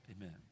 amen